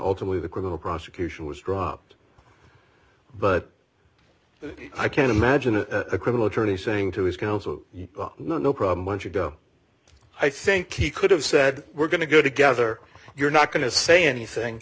ultimately the criminal prosecution was dropped but i can imagine a criminal attorney saying to his counsel you know no problem once you go i think he could have said we're going to go together you're not going to say anything